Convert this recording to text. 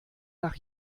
nach